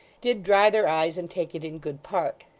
did dry their eyes and take it in good part.